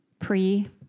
pre